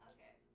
Okay